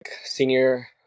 senior